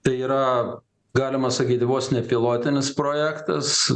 tai yra galima sakyti vos ne pilotinis projektas